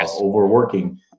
overworking